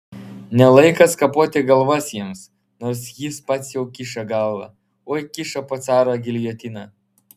ne laikas kapoti galvas jiems nors jis pats jau kiša galvą oi kiša po caro giljotina